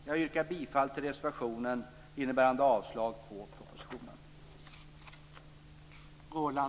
Jag yrkar bifall till reservationen innebärande avslag på propositionen.